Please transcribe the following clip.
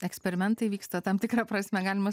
eksperimentai vyksta tam tikra prasme galima